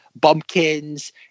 bumpkins